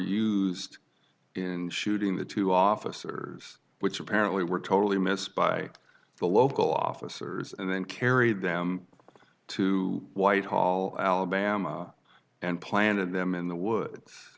used in shooting the two officers which apparently were totally missed by the local officers and then carried them to whitehall alabama and planted them in the woods